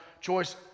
choice